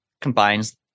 combines